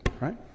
right